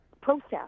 process